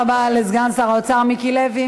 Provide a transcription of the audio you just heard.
תודה רבה לסגן שר האוצר מיקי לוי.